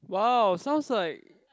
wow sounds like